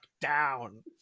down